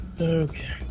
Okay